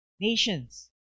nations